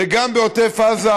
וגם בעוטף עזה,